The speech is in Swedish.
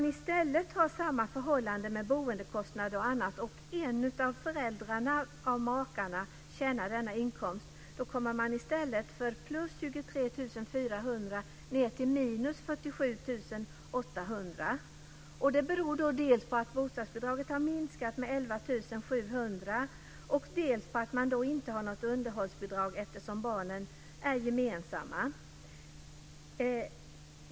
Om två sammanboende har samma förhållanden med boendekostnader och annat men en av föräldrarna står för inkomsten, får man i stället för plus 23 400 kr ett minus om 47 800 kr. Detta beror dels på att bostadsbidraget har minskat med 11 700 kr, dels på att man inte får något underhållsbidrag, eftersom barnen är gemensamma.